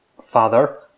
father